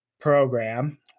program